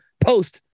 post